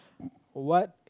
what